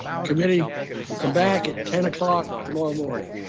committee will come back at ten o'clock tomorrow morning.